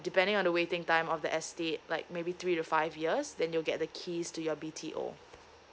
depending on the waiting time of the estate like maybe three to five years then you'll get the keys to your B_T_O